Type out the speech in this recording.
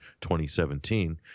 2017